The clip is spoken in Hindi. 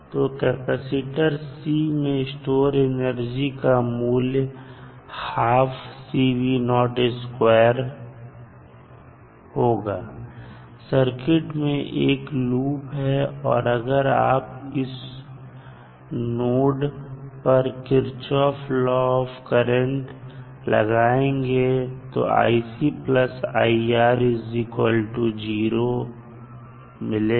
तो कैपेसिटर में स्टोर एनर्जी का मूल्य होगा 12CV02 सर्किट में एक लूप है और अगर आप इस नोड पर Kirchhoff current law Kirchhoff's current law लगाएंगे तो आपको ICIR0 मिलेगा